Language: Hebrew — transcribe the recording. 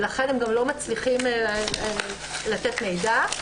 ולכן הם גם לא מצליחים לתת מידע.